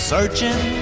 Searching